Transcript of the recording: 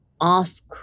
ask